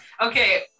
Okay